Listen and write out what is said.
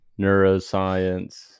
neuroscience